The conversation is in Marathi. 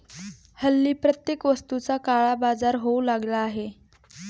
हल्ली प्रत्येक वस्तूचा काळाबाजार होऊ लागला आहे